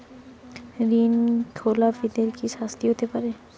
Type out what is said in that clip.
ঋণ খেলাপিদের কি শাস্তি হতে পারে?